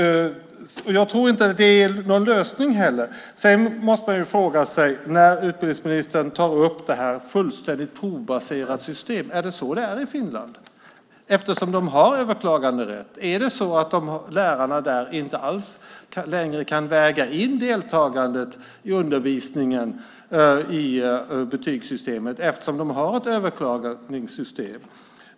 Jag tror inte att det är någon lösning heller. Utbildningsministern talar om ett fullständigt provbaserat system. Är det så det är i Finland, eftersom de har överklaganderätt? Är det så att lärarna där inte alls längre kan väga in deltagandet i undervisningen i betygssystemet, eftersom de har ett överklagningssystem?